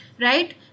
right